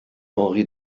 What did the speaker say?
henri